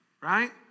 right